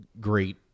great